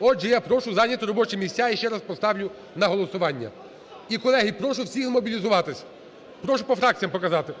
Отже, я прошу зайняти робочі місця і ще раз поставлю на голосування. І, колеги, прошу всіх змобілізуватись. Прошу по фракціям показати.